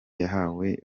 yawe